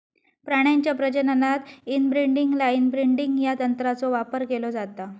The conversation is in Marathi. प्राण्यांच्या प्रजननात इनब्रीडिंग लाइन ब्रीडिंग या तंत्राचो वापर केलो जाता